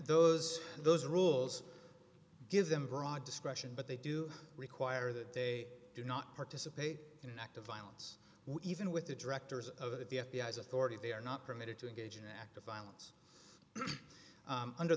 those those rules give them broad discretion but they do require that they do not participate in an act of violence even with the directors of the f b i as authority they are not permitted to engage in an act of violence under